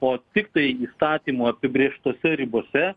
o tiktai įstatymo apibrėžtose ribose